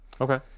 okay